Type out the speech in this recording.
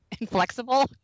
inflexible